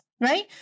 right